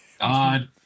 God